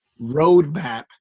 roadmap